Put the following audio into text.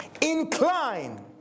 incline